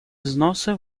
взносы